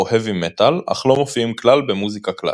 האבי-מטאל אך לא מופיעים כלל במוזיקה קלאסית.